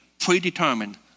predetermined